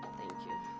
thank you.